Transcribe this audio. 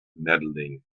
medaling